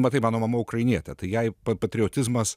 matai mano mama ukrainietė tai jai patriotizmas